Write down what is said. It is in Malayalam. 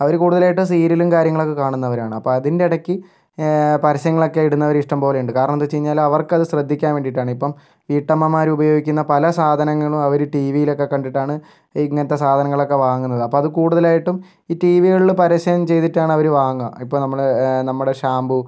അവര് കൂടുതലായിട്ടും സീരിയലും കാര്യങ്ങളൊക്കെ കാണുന്നവരാണ് അപ്പം അതിൻ്റെ ഇടയ്ക്ക് പരസ്യങ്ങളൊക്കെ ഇടുന്നവര് ഇഷ്ടംപോലെയുണ്ട് കാരണമെന്താന്ന് വെച്ച് കഴിഞ്ഞാല് അവർക്കത് ശ്രദ്ധിക്കാൻ വേണ്ടിയിട്ടാണ് ഇപ്പം വീട്ടമ്മമാരുപയോഗിക്കുന്ന പല സാധനങ്ങളും അവര് ടിവിലൊക്കെ കണ്ടിട്ടാണ് ഇങ്ങനത്തെ സാധനങ്ങളൊക്കെ വാങ്ങുന്നത് അപ്പം അത് കൂടുതലായിട്ടും ഈ ടിവികളില് പരസ്യം ചെയ്തിട്ടാണവര് വാങ്ങുക ഇപ്പം നമ്മള് നമ്മുടെ ഷാംപൂ